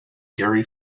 gary